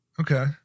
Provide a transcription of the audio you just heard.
Okay